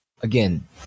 again